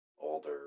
older